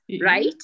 right